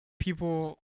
people